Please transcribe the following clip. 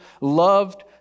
loved